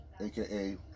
aka